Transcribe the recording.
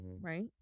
right